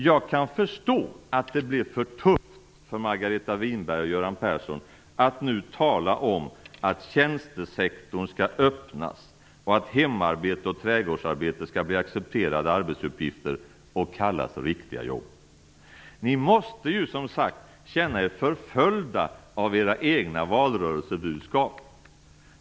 Jag kan förstå att det blev för tufft för Margareta Winberg och Göran Persson att nu tala om att tjänstesektorn skall öppnas och att hemarbete och trädgådsarbete skall bli accepterade arbetsuppgifter och kallas riktiga jobb. Ni måste ju som sagt känna er förföljda av era egna valrörelsebudskap.